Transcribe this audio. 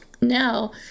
Now